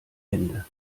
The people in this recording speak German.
hände